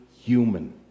human